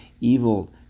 evil